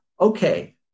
okay